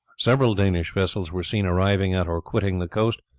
several danish vessels were seen arriving at or quitting the coast,